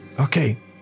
Okay